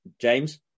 James